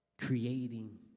creating